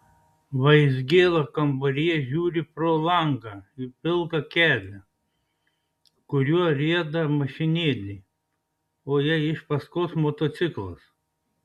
vaizgėla kambaryje žiūri pro langą į pilką kelią kuriuo rieda mašinėlė o jai iš paskos motociklas